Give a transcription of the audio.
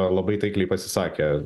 labai taikliai pasisakė